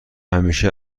همیشه